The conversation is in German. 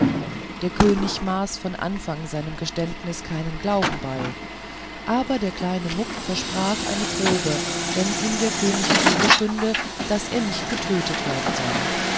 der könig maß von anfang seinem geständnis keinen glauben bei aber der kleine muck versprach eine probe wenn ihm der könig zugestünde daß er nicht getötet werden solle